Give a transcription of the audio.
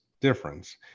difference